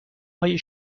های